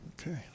Okay